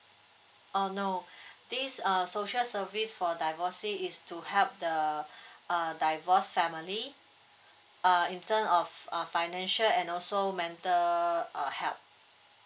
um no this uh social service for divorcee is to help the uh divorced family uh in terms of uh financial and also mental uh help